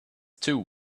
too